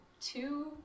two